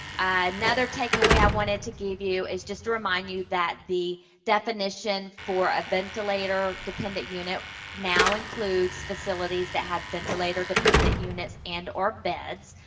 another take-away i wanted to give you is just to remind you that the definition for a ventilator dependent unit now includes facilities that have ventilator dependent units and or beds.